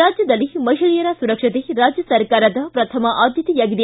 ರಾಜ್ಯದಲ್ಲಿ ಮಹಿಳೆಯರ ಸುರಕ್ಷತೆ ರಾಜ್ಯ ಸರ್ಕಾರದ ಪ್ರಥಮ ಆದ್ಯತೆಯಾಗಿದೆ